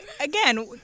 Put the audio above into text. again